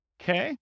okay